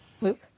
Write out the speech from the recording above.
Luke